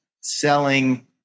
selling